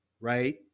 right